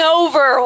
over